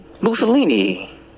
Mussolini